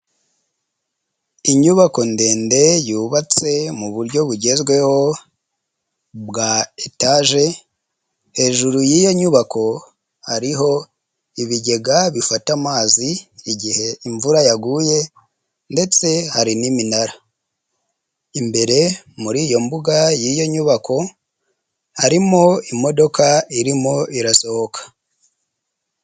Inyubako ndende yubatse mu buryo bugezweho bwa etaje, hejuru yiyo nyubako hariho ibigega bifata amazi igihe imvura yaguye ndetse hari n'iminara, imbere muri iyo mbuga y'iyo nyubako harimo imodoka irimo irasohoka.